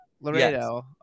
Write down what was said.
Laredo